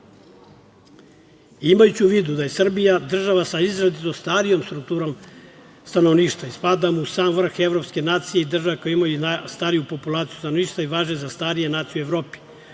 osoba. Imajući u vidu da je Srbija država sa izrazito starijom strukturom stanovništva i spadamo u sam vrh evropske nacije i države koje imaju stariju populaciju stanovništva i važe za starije nacije u Evrope,